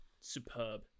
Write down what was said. superb